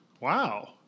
Wow